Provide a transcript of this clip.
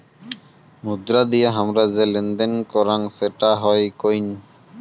মুদ্রা দিয়ে হামরা যে লেনদেন করাং সেটা হই কোইন